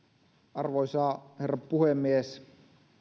arvoisa herra puhemies